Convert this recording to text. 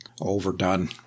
overdone